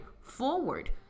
forward